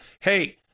Hey